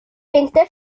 inte